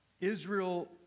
Israel